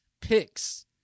picks